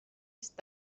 است